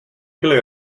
byly